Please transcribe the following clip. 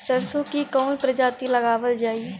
सरसो की कवन प्रजाति लगावल जाई?